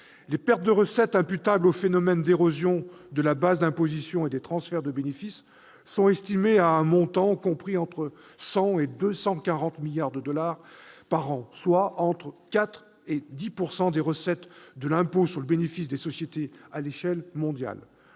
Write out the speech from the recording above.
Les pertes de recettes imputables au phénomène d'érosion de la base d'imposition et des transferts de bénéfices sont estimées à un montant compris entre 100 milliards et 240 milliards de dollars par an, soit entre 4 % et 10 % des recettes de l'impôt sur le bénéfice des sociétés à l'échelle mondiale.